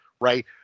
right